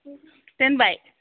दोनबाय